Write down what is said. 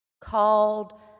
called